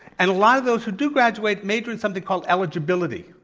and a lot of those who do graduate major in something called eligibility,